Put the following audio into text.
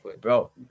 Bro